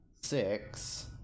Six